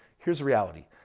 here's a reality.